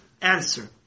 answer